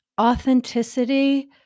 authenticity